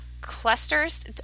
clusters